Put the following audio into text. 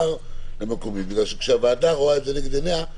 שם אין הגדרה כזו.